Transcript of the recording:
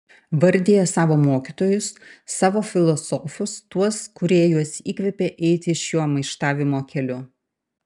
vardija savo mokytojus savo filosofus tuos kurie juos įkvėpė eiti šiuo maištavimo keliu